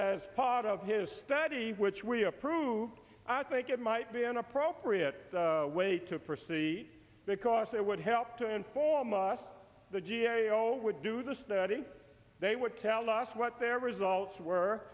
as part of his study which we approved i think it might be an appropriate way to proceed because it would help to inform us the g a o would do the study they would tell us what their results were